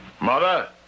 Mother